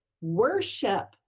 worship